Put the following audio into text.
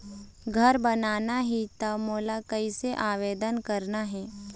घर बनाना ही त मोला कैसे आवेदन करना हे?